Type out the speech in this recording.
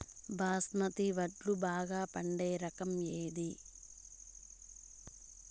బాస్మతి వడ్లు బాగా పండే రకం ఏది